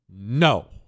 no